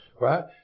Right